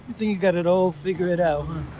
think you got it all figured out,